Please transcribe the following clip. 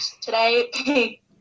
today